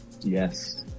Yes